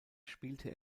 spielte